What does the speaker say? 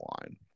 line